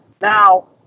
Now